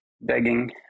begging